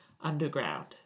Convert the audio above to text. underground